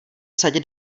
sadě